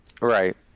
Right